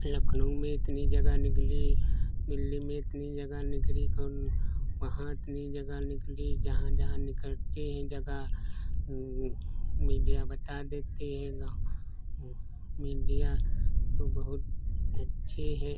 लखनऊ में इतनी जगह निकली दिल्ली में इतनी जगह निकरी कौन वहाँ इतनी जगह निकली जहाँ जहाँ निकलती हैं जगह मीडिया बता देती हैं तो मीडिया तो बहुत अच्छे हैं